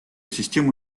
система